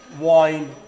wine